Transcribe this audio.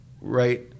right